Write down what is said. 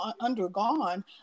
undergone